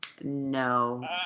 No